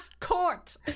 court